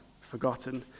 forgotten